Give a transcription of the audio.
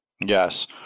Yes